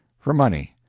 for money.